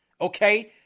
Okay